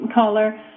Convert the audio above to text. caller